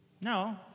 No